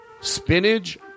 spinach